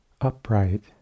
upright